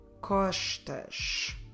costas